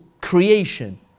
creation